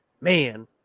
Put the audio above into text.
Man